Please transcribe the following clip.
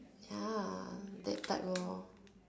ya that type lor